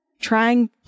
trying